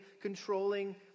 controlling